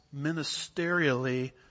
ministerially